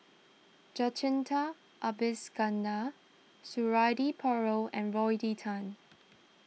Jacintha Abisheganaden Suradi Parjo and Rodney Tan